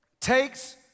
takes